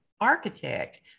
architect